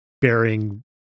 bearing